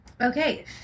Okay